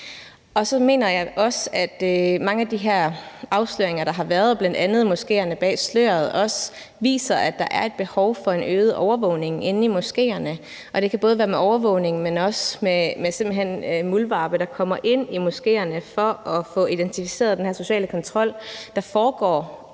Og så mener jeg også, at mange af de her afsløringer, der har været, bl.a. i »Moskeerne bag sløret«, også viser, at der er et behov for en øget overvågning inde i moskéerne, og det kan både være med overvågning, men også simpelt hen med muldvarpe, der kommer ind i moskéerne for at få identificeret den her sociale kontrol, der foregår